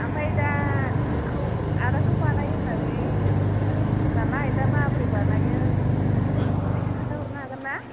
ओमफ्राय दा नोंखौ आदाखौ बानायो होन्नानै मोन्थिदोंमोन नालाय दा माबोरै बानायो एसे खोन्थाहरनो हागोन ना